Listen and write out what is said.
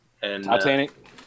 Titanic